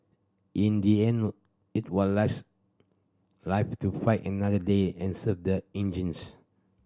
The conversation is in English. in the end it was live to fight another day and save the engines